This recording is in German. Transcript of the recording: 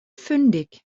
fündig